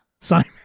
Simon